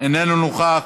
איננו נוכח,